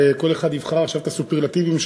וכל אחד יבחר עכשיו את הסופרלטיבים שלו,